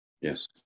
yes